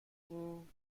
این